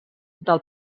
del